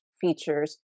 features